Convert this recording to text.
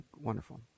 wonderful